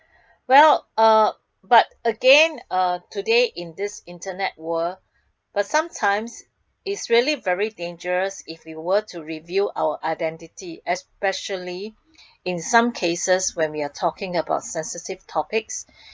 well uh but again uh today in this internet world but sometimes it's really very dangerous if were to reveal our identity especially in some cases when we are talking about sensitive topics